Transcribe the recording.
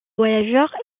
voyageurs